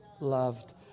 loved